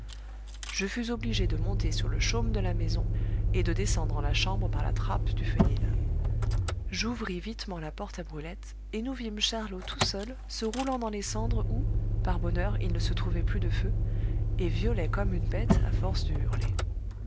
je fus obligé de monter sur le chaume de la maison et de descendre en la chambre par la trappe du fenil j'ouvris vitement la porte à brulette et nous vîmes charlot tout seul se roulant dans les cendres où par bonheur il ne se trouvait plus de feu et violet comme une bette à force de hurler